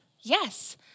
Yes